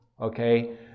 okay